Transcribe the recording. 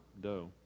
dough